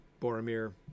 Boromir